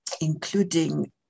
including